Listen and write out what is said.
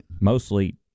Mostly